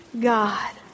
God